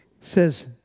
says